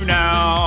now